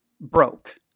broke